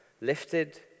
lifted